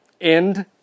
end